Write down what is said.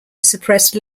suppressed